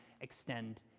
extend